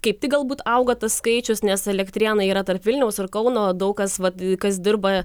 kaip tik galbūt auga tas skaičius nes elektrėnai yra tarp vilniaus ir kauno daug kas vat kas dirba